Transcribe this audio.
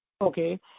Okay